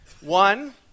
One